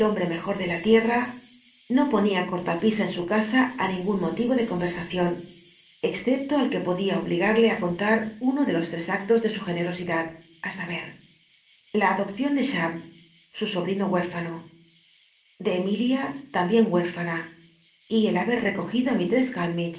mejor de la liena no ponía cotapisa en su casa a níngun moti o de comersacion excepto al c ue podía obligarle ti contar uno de los lres actos de su generosidad á saber la adopcion de cbam su sobrino huérfano de emilia tambien huérfana y el haber recogido a mistress